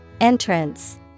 Entrance